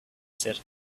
said